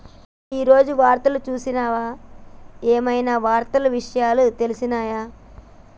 ఈ రోజు నువ్వు వార్తలు చూసినవా? ఏం ఐనా వాతావరణ విషయాలు తెలిసినయా?